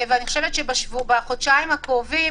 אני חושבת שבחודשיים הקרובים